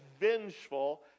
vengeful